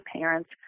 parents